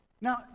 Now